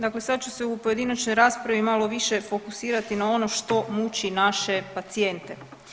Dakle sada ću se u pojedinačnoj raspravi malo više fokusirati na ono što muči naše pacijente.